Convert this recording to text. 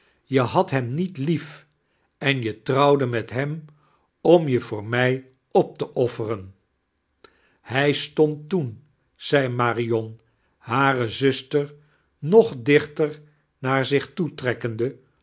je hadt hem niet lief en je taoawdle met hem om je voor mij op te offeren hij stood teen zei marion hare zuster nog dichter naar zich toetrekkende